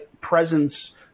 presence